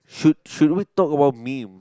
should should we talk about meme